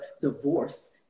divorce